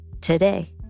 today